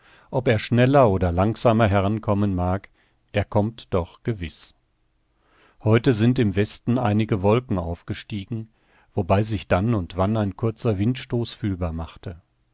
ob er schneller oder langsamer herankommen mag er kommt doch gewiß heute sind im westen einige wolken aufgestiegen wobei sich dann und wann ein kurzer windstoß fühlbar machte